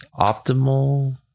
optimal